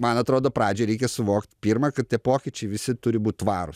man atrodo pradžiai reikia suvokt pirma kad tie pokyčiai visi turi būt tvarūs